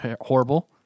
horrible